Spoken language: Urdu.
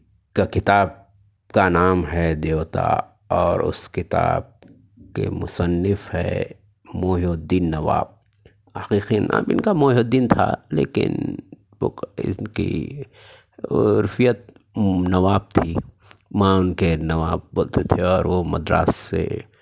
تو کتاب کا نام ہے دیوتا اور اس کتاب کے مصنف ہیں محی الدین نواب حقیقی نام ان کا محی الدین تھا لیکن بک ان کی عرفیت نواب تھی وہاں ان کے نواب بولتے تھے اور وہ مدراس سے